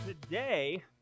Today